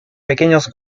pequeños